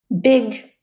big